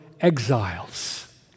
exiles